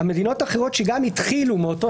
המדינות האחרות שגם התחילו מאותו